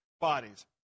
bodies